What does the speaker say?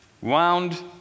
wound